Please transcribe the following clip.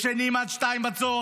ישנים עד 14:00,